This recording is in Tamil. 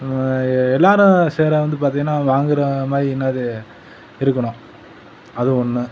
எல்லோரும் சேரை வந்து பார்த்திங்கன்னா வாங்குகிற மாதிரி என்னது இருக்கணும் அது ஒன்று